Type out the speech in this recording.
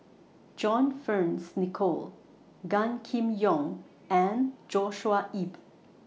John Fearns Nicoll Gan Kim Yong and Joshua Ip